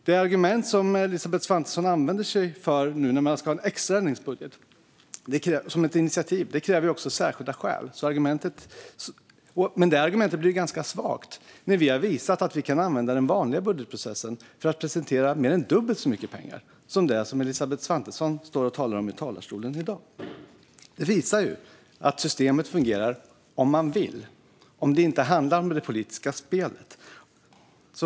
Det argument som Elisabeth Svantesson använder sig av nu när de tar initiativ till en extra ändringsbudget blir ganska svagt eftersom vi har visat att vi kan använda den vanliga budgetprocessen för att presentera mer än dubbelt så mycket pengar som det Elisabeth Svantesson säger i talarstolen i dag. Det visar att systemet fungerar om man vill och om det inte handlar om politiskt spel.